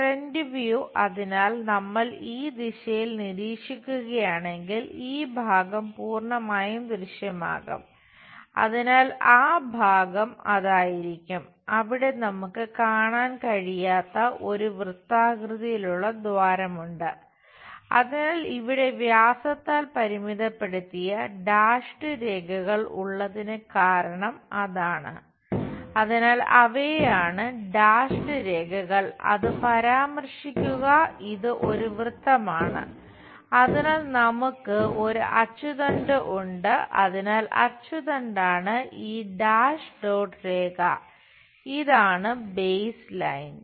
front view രേഖ ഇതാണ് base line